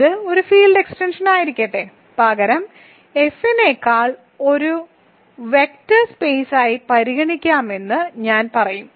ഇത് ഒരു ഫീൽഡ് എക്സ്റ്റൻഷനായിരിക്കട്ടെ പകരം F നെക്കാൾ ഒരു വെക്റ്റർ സ്പെയ്സായി K പരിഗണിക്കാമെന്ന് ഞാൻ പറയും